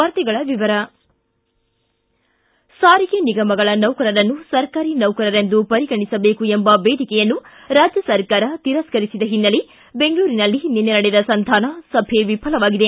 ವಾರ್ತೆಗಳ ವಿವರ ಸಾರಿಗೆ ನಿಗಮಗಳ ನೌಕರರನ್ನು ಸರ್ಕಾರಿ ನೌಕರರೆಂದು ಪರಿಗಣಿಸಬೇಕು ಎಂಬ ಬೇಡಿಕೆಯನ್ನು ರಾಜ್ಯ ಸರ್ಕಾರ ತಿರಸ್ಕರಿಸಿದ ಹಿನ್ನೆಲೆ ಬೆಂಗಳೂರಿನಲ್ಲಿ ನಿನ್ನೆ ನಡೆದ ಸಂಧಾನ ಸಭೆ ವಿಫಲವಾಗಿದೆ